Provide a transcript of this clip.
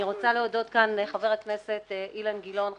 אני רוצה להודות כאן לחבר הכנסת אילן גילאון חברי,